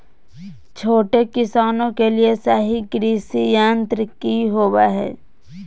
छोटे किसानों के लिए सही कृषि यंत्र कि होवय हैय?